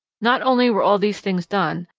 not only were all these things done,